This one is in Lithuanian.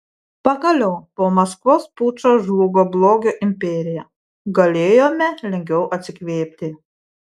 pagaliau po maskvos pučo žlugo blogio imperija galėjome lengviau atsikvėpti